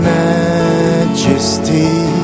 majesty